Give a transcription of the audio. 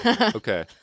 Okay